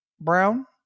Brown